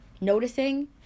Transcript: noticing